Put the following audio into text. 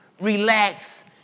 Relax